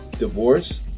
Divorce